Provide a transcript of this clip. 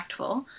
impactful